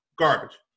Garbage